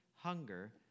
hunger